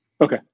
Okay